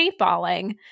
paintballing